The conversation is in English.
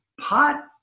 pot